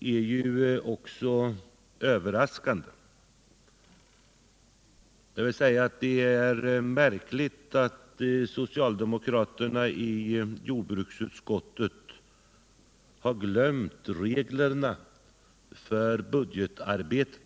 är också överraskande. Det är märkligt att socialdemokraterna i jordbruksutskottet redan har glömt reglerna för budgetarbetet.